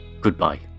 goodbye